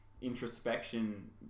introspection